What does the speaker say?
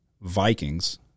Vikings